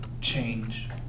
change